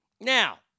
Now